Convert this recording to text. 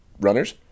runners